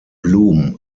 blum